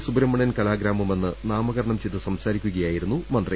സുബ്രഹ്മണ്യൻ കലാഗ്രാമമെന്ന് നാമകരണം ചെയ്ത് സംസാരി ക്കുകയായിരുന്നു മന്ത്രി